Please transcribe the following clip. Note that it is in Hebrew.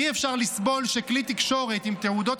אי-אפשר לסבול שכלי תקשורת עם תעודות